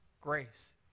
Grace